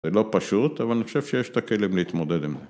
זה לא פשוט, אבל אני חושב שיש את הכלים להתמודד עם זה.